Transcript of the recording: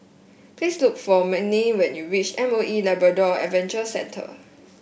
please look for Manie when you reach M O E Labrador Adventure Centre